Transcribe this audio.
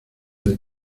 del